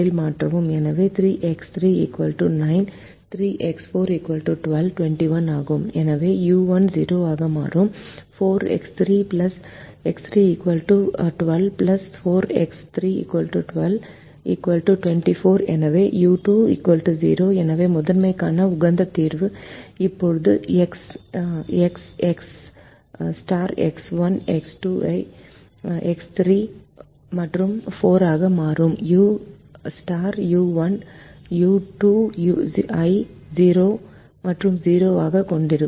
எனவே 3 X 3 9 3 X 4 12 21 ஆகும் எனவே u1 0 ஆக மாறும் 4 X 3 12 4 X 3 12 24 எனவே u2 0 எனவே முதன்மைக்கான உகந்த தீர்வு இப்போது எக்ஸ் எக்ஸ் எக்ஸ் 1 எக்ஸ் 2 ஐ 3 மற்றும் 4 ஆகவும் யு யு 1 யு 2 ஐ 0 மற்றும் 0 ஆகவும் கொண்டிருக்கும்